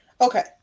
okay